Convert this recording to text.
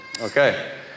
Okay